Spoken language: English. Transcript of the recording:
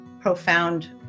profound